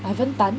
ivan tan